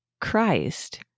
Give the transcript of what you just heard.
Christ